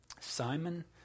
Simon